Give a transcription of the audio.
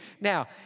Now